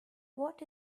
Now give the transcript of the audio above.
what